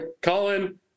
Colin